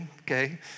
okay